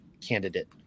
candidate